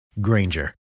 Granger